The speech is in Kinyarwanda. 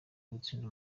ugutsinda